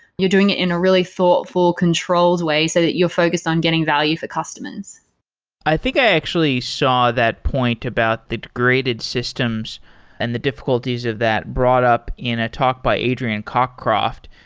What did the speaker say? you're doing it in a really thoughtful controlled way, so that you're focused on getting value for customers i think i actually saw that point about the degraded systems and the difficulties of that brought up in a talk by adrian cockcroft,